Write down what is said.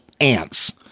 ants